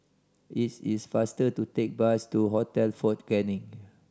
it is faster to take bus to Hotel Fort Canning